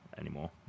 Anymore